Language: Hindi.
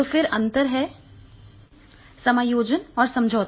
फिर क्या अंतर है betwrrn समायोजन और समझौता